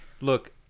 look